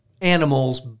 animals